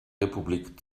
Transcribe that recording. republik